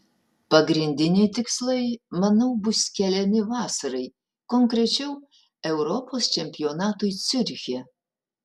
pagrindiniai tikslai manau bus keliami vasarai konkrečiau europos čempionatui ciuriche